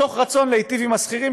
מתוך רצון להיטיב עם השכירים,